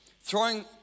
throwing